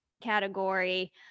category